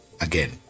again